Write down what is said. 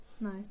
Nice